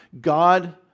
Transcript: God